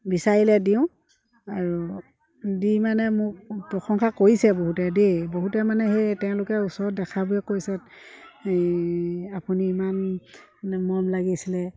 বিচাৰিলে দিওঁ আৰু দি মানে মোক প্ৰশংসা কৰিছে বহুতে দেই বহুতে মানে সেই তেওঁলোকে ওচৰত দেখাবোৰে কৈছে এই আপুনি ইমান মানে মৰম লাগিছিলে